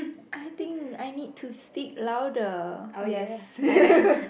I think I need to speak louder yes